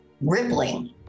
rippling